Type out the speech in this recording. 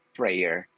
prayer